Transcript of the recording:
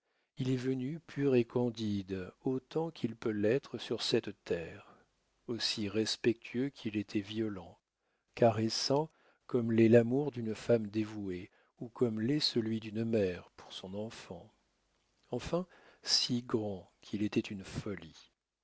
il est venu pur et candide autant qu'il peut l'être sur cette terre aussi respectueux qu'il était violent caressant comme l'est l'amour d'une femme dévouée ou comme l'est celui d'une mère pour son enfant enfin si grand qu'il était une folie